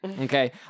Okay